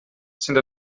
sind